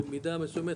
במידה מסוימת,